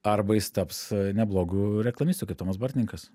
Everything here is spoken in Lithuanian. arba jis taps neblogu reklamistu kaip tomas bartninkas